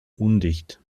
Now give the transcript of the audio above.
undicht